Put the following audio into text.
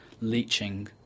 leaching